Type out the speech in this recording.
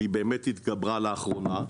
והיא באמת התגברה לאחרונה,